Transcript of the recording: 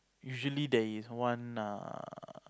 usually there is one err